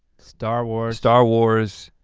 star wars. star wars.